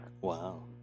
Wow